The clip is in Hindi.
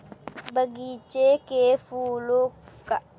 बगीचे के फूलों का ध्यान रख माली अपना काम अच्छे से करता है